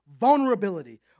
vulnerability